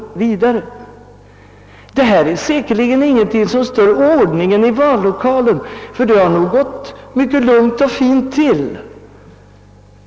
Detta är säkerligen ingenting som stört ordningen i vallokalen, ty det har 108 gått lugnt och fint till.